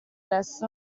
adesso